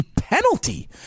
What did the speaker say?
penalty